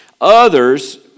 Others